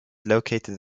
located